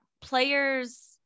players